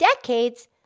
decades